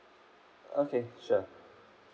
okay sure